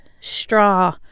straw